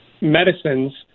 medicines